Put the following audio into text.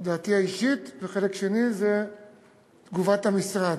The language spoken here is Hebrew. דעתי האישית, וחלק שני זה תגובת המשרד.